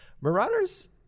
Marauders